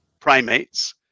primates